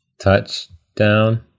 Touchdown